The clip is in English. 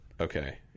Okay